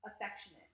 affectionate